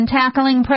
tackling